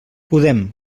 podem